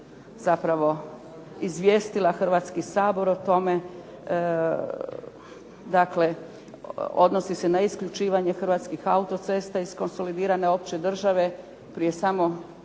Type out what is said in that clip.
zapravo izvijestila Hrvatski sabor o tome dakle odnosi se na isključivanje Hrvatskih auto-cesta iz konsolidirane opće države. Prije samo